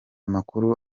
makuru